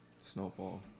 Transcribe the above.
Snowfall